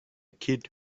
kid